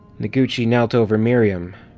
noguchi knelt over miriam,